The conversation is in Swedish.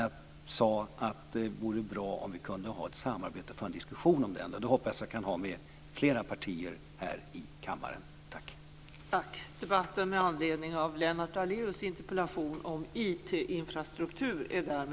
Jag sade att det vore bra om vi kunde ha ett samarbete och få en diskussion om den. Det hoppas jag att jag kan ha med flera partier här i kammaren. Tack!